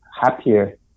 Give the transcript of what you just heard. happier